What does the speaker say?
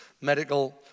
medical